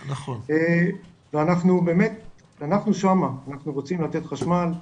אנחנו באמת שאנחנו שמה, אנחנו רוצים לתת חשמל,